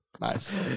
Nice